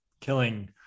killing